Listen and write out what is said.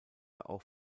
auch